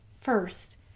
first